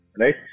right